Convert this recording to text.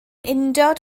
undod